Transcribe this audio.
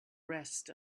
rest